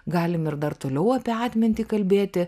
galim ir dar toliau apie atmintį kalbėti